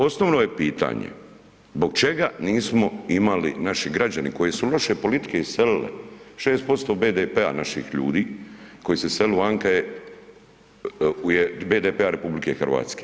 Osnovno je pitanje, zbog čega nismo imali, naši građani, koji su loše politike iselile, 6% BDP-a naših ljudi, koji se iselili vanka je, u je BDP-a RH.